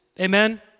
Amen